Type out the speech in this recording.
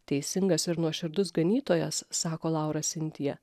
teisingas ir nuoširdus ganytojas sako laura sintija